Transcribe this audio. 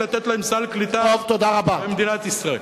ולתת להם סל קליטה במדינת ישראל.